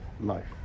life